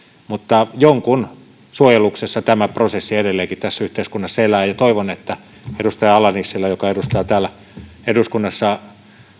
mutta jonkun suojeluksessa tämä prosessi edelleenkin tässä yhteiskunnassa elää toivon että tämä edustaja ala nissilän joka edustaa täällä eduskunnassa